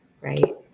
Right